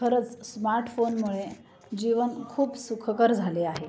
खरंच स्मार्टफोनमुळे जीवन खूप सुखकर झाले आहे